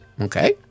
Okay